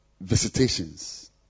visitations